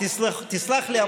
תסלח לי,